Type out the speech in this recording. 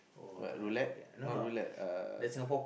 what roulette not roulette uh